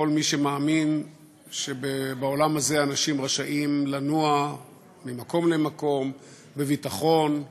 לכל מי שמאמין שבעולם הזה אנשים רשאים לנוע ממקום למקום בביטחון,